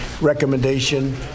recommendation